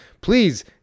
Please